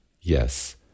Yes